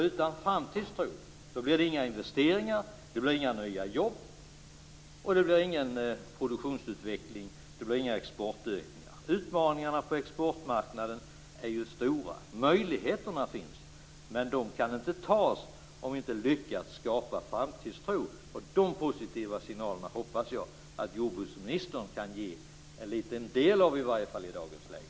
Utan framtidstro blir det inga investeringar, det blir inga nya jobb och det blir ingen produktionsutveckling. Det blir inga exportökningar. Utmaningarna på exportmarknaden är ju stora. Möjligheterna finns, men de kan inte tas om vi inte lyckas skapa framtidstro. De positiva signalerna hoppas jag att jordbruksministern kan ge i alla fall en liten del av i dagens läge.